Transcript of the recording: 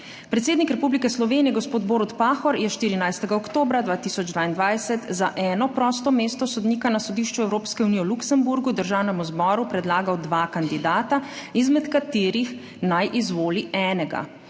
Predsednik Republike Slovenije gospod Borut Pahor je 14. oktobra 2022 za eno prosto mesto sodnika na Sodišču Evropske unije v Luksemburgu Državnemu zboru predlagal dva kandidata, izmed katerih naj izvoli enega,